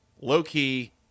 low-key